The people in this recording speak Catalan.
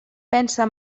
pensa